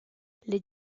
les